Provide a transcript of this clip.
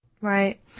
Right